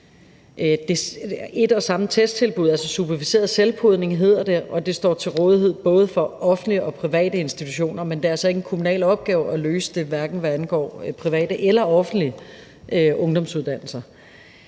et og samme testtilbud – superviseret selvpodning hedder det – og det står til rådighed for både offentlige og private institutioner. Men det er altså ikke en kommunal opgave at løse det, hverken hvad angår private eller offentlige ungdomsuddannelser.